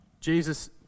Jesus